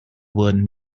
would